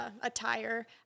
attire